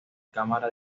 cámara